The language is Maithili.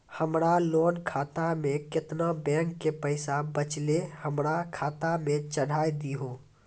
हमरा लोन खाता मे केतना बैंक के पैसा बचलै हमरा खाता मे चढ़ाय दिहो?